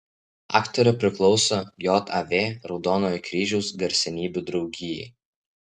aktorė priklauso jav raudonojo kryžiaus garsenybių draugijai